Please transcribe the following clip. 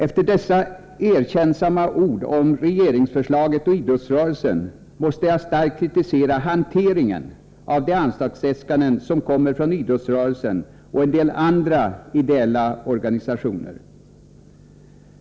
Efter dessa erkännsamma ord om regeringsförslaget och idrottsrörelsen måste jag starkt kritisera hanteringen av de anslagsäskanden som kommer från idrottsrörelsen och en del andra ideella organisationer.